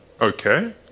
Okay